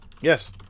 Yes